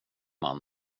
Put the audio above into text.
man